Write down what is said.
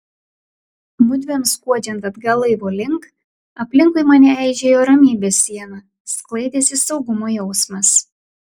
mudviem skuodžiant atgal laivo link aplinkui mane eižėjo ramybės siena sklaidėsi saugumo jausmas